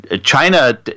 China